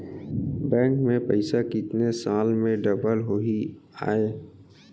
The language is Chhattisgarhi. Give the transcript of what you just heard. बैंक में पइसा कितने साल में डबल होही आय?